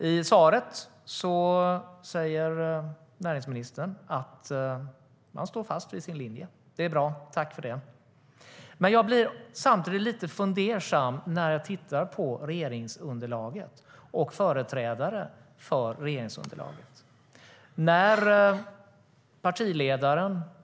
I svaret säger näringsministern att han står fast vid sin linje. Det är bra - tack för det! Men jag blir samtidigt lite fundersam när jag tittar på regeringsunderlaget och företrädare för regeringsunderlaget.